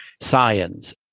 science